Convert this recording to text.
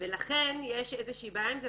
ולכן יש בעיה עם זה,